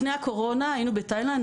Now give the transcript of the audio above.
לפני הקורונה היינו בתאילנד,